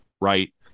right